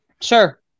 Sure